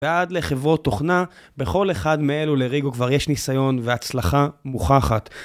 ועד לחברות תוכנה, בכל אחד מאלו לריגו כבר יש ניסיון והצלחה מוכחת.